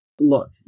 Look